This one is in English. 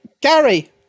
Gary